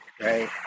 right